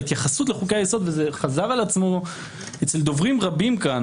ההתייחסות לחוקי היסוד וזה חזר על עצמו אצל דוברים רבים כאן